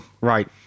right